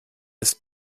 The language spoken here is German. ist